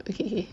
okay K